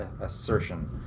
assertion